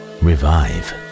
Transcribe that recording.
revive